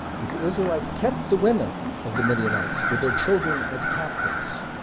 but the israelites kept the women of the midianites with their children as captives.